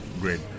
great